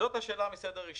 זאת השאלה מסדר ראשון,